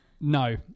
No